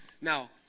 Now